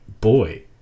boy